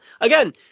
again